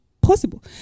possible